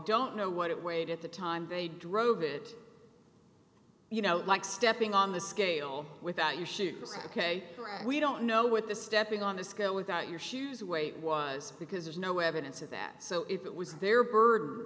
don't know what it weighed at the time they drove it you know like stepping on the scale without your shoes ok right we don't know what the stepping on the scale without your shoes weight was because there's no evidence of that so it was their burden